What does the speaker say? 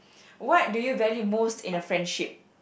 what do you value most in a friendship